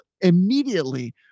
immediately